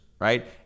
right